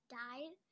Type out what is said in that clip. died